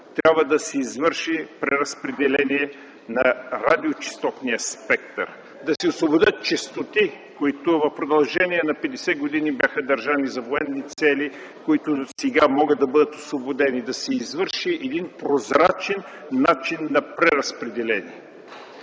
трябва да се извърши преразпределение на радиочестотния спектър, да се освободят честоти, които в продължение на 50 години бяха държани за военни цели и които сега могат да бъдат освободени, да се извърши прозрачен начин на преразпределение.